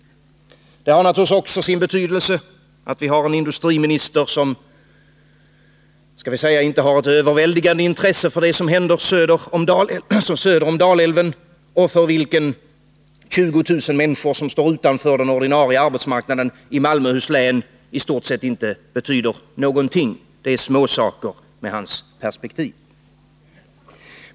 Det har naturligtvis också sin betydelse att vi har en industriminister som inte har ett, skall vi säga överväldigande, intresse för det som händer söder om Dalälven, och för vilken 20 000 människor som står utanför den ordinarie arbetsmarknaden i Malmöhus län inte betyder någonting. Det är småsaker med hans perspektiv.